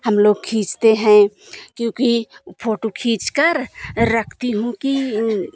हम लोग खींचते हैं क्योंकि फोटो खींच कर रखती हूँ कि